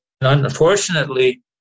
Unfortunately